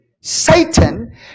Satan